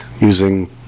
using